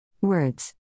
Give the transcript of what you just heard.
Words